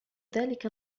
ذلك